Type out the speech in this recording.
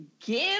give